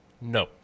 No